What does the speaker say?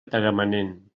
tagamanent